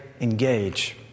engage